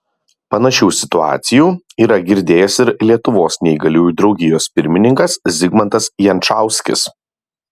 panašių situacijų yra girdėjęs ir lietuvos neįgaliųjų draugijos pirmininkas zigmantas jančauskis